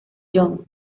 john